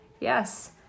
Yes